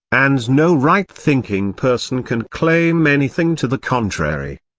and no right-thinking person can claim anything to the contrary.